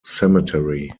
cemetery